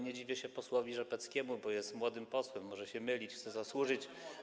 Nie dziwię się posłowi Rzepeckiemu, bo jest młodym posłem, może się mylić, chce zasłużyć.